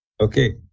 Okay